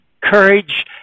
courage